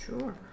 Sure